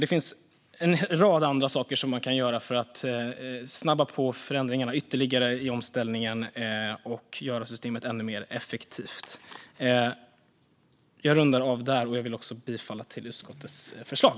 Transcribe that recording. Det finns en rad andra saker som man kan göra för att snabba på förändringarna ytterligare i omställningen och göra systemet ännu mer effektivt. Jag rundar av där och yrkar bifall till utskottets förslag.